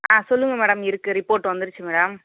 ஆ சொல்லுங்கள் மேடம் இருக்கு ரிப்போர்ட் வந்துடுச்சு மேடம்